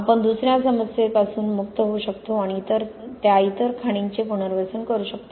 आपण दुसर्या समस्येपासून मुक्त होऊ शकतो आणि त्या इतर खाणींचे पुनर्वसन करू शकतो